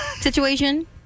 situation